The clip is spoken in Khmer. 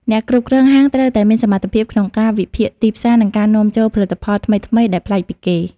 អ្នកគ្រប់គ្រងហាងត្រូវតែមានសមត្ថភាពក្នុងការវិភាគទីផ្សារ និងការនាំចូលផលិតផលថ្មីៗដែលប្លែកពីគេ។